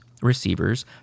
receivers